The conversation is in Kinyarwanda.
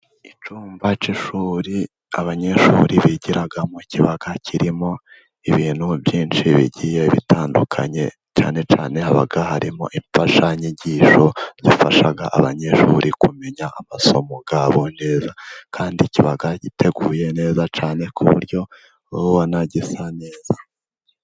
Icyumba cy'ishuri abanyeshuri bigiramo, kibaka kirimo ibintu byinshi bigiye bitandukanye, cyane cyane haba harimo imfashanyigisho, zifasha abanyeshuri kumenya amasomo yabo neza kandi kiba giteguye neza cyane, ku buryo ubona gisa neza.